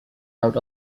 out